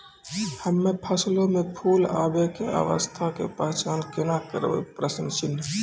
हम्मे फसलो मे फूल आबै के अवस्था के पहचान केना करबै?